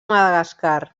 madagascar